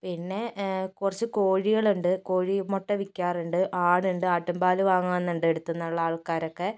പിന്നെ കുറച്ചു കോഴികളുണ്ട് കോഴിമുട്ട വിൽക്കാറുണ്ട് ആടുണ്ട് ആട്ടുംപാൽ വാങ്ങും എൻ്റെയടുത്തു നിന്നുള്ള ആൾക്കാരൊക്കെ